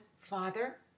father